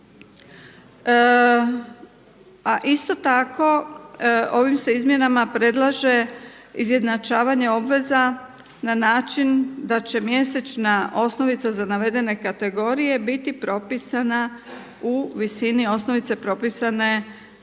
A isto tako ovim se izmjenama predlaže izjednačavanje obveza na način da će mjesečna osnovica za navedene kategorije biti propisana u visini osnovice propisane